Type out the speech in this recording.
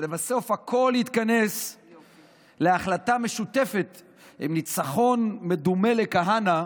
כשלבסוף הכול יתכנס להחלטה משותפת עם ניצחון מדומה לכהנא,